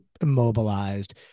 immobilized